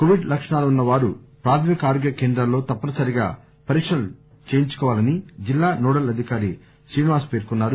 Covid లక్షణాలు ఉన్న వారు ప్రాథమిక ఆరోగ్య కేంద్రాల్లో తప్ప నిసరిగా పరీక్షలు చేయించుకోవాలని జిల్లా నోడల్ అధికారి శ్రీనివాస్ పేర్కొన్నారు